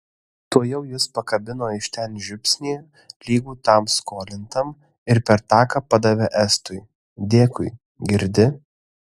tuojau jis pakabino iš ten žiupsnį lygų tam skolintam ir per taką padavė estui dėkui girdi